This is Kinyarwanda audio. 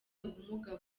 ubumuga